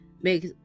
makes